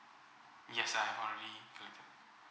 yes I'm already